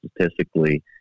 statistically